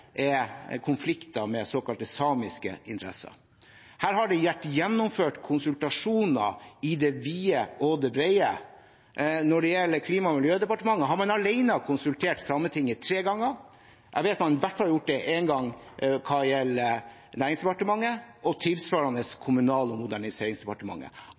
er konflikter med såkalte samiske interesser. Her har det vært gjennomført konsultasjoner i det vide og det brede. Når det gjelder Klima- og miljødepartementet, har man alene konsultert Sametinget tre ganger, jeg vet at man i hvert fall har gjort det én gang når det gjelder Næringsdepartementet, og tilsvarende Kommunal- og moderniseringsdepartementet.